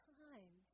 time